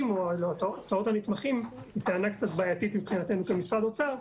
או התיאטראות הנתמכים היא טענה קצת בעייתית מבחינתנו כמשרד אוצר,